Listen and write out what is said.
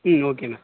okay ma'am